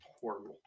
horrible